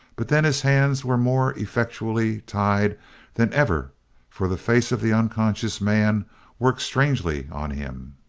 but then his hands were more effectually tied than ever for the face of the unconscious man worked strangely on him.